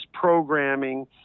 programming